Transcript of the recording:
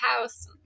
house